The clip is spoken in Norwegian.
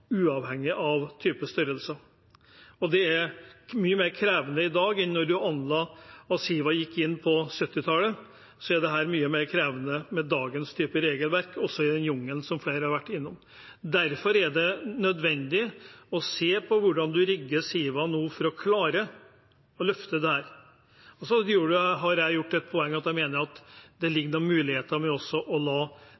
uavhengig av størrelse. Det er mye mer krevende i dag enn da Siva gikk inn på 1970-tallet – det er mye mer krevende med dagens type regelverk, også i den jungelen som flere har nevnt. Derfor er det nødvendig å se på hvordan en rigger Siva nå for å klare å løfte dette. Så har jeg gjort et poeng av at jeg mener at det